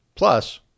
Plus